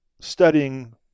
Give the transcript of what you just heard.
studying